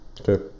Okay